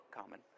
common